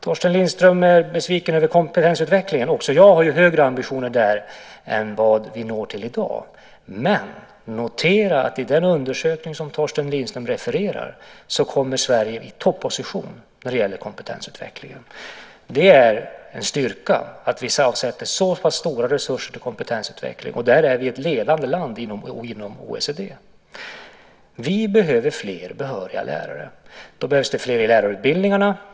Torsten Lindström är besviken över kompetensutvecklingen. Också jag har högre ambitioner där än vad vi når upp till i dag. Men notera att i den undersökning som Torsten Lindström refererar till kommer Sverige i topposition när det gäller kompetensutveckling. Det är en styrka att vi avsätter så pass stora resurser till kompetensutveckling, och där är vi ett ledande land inom OECD. Vi behöver fler behöriga lärare. Då behövs det fler i lärarutbildningarna.